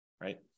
right